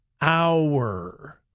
hour